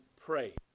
pray